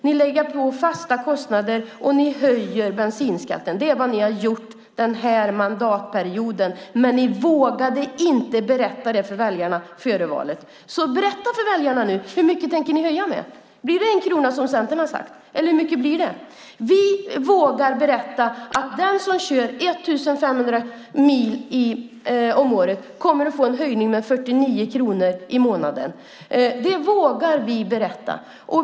Ni har lagt på fasta kostnader och höjt bensinskatten. Det är vad ni har gjort den här mandatperioden, men ni vågade inte berätta det för väljarna före valet. Berätta därför för dem nu: Hur mycket tänker ni höja med? Blir det en krona, som Centern har sagt, eller hur mycket blir det? Vi vågar berätta att den som kör 1 500 mil om året kommer att få en höjning med 49 kronor i månaden. Det vågar vi berätta.